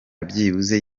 byibuze